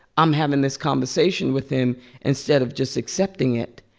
i'm having this conversation with him instead of just accepting it,